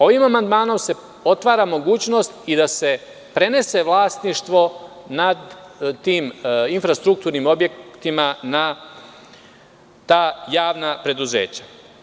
Ovim amandmanom se otvara mogućnost i da se prenese vlasništvo nad tim infrastrukturnim objektima na ta javna preduzeća.